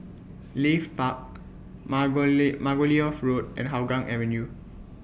Leith Park Margo Margoliouth Road and Hougang Avenue